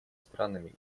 странами